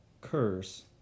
curse